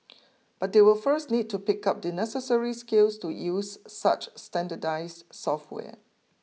but they will first need to pick up the necessary skills to use such standardised software